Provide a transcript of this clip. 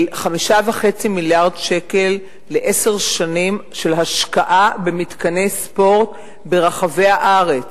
של 5.5 מיליארד שקל לעשר שנים: השקעה במתקני ספורט ברחבי הארץ,